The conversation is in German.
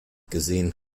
gesehen